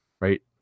right